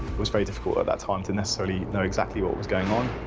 was very difficult at that time to necessarily know exactly what was going on.